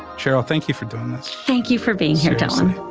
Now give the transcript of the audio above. sheryl, thank you for doing this. thank you for being here, dylan.